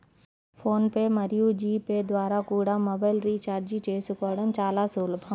phone pay మరియు G Pay ద్వారా కూడా మొబైల్ రీఛార్జి చేసుకోవడం చాలా సులభం